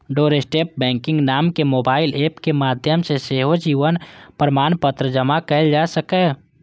doorstep banking नामक mobile app के माध्यम सं सेहो जीवन प्रमाणपत्र जमा कैल जा सकैए